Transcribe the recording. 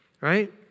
Right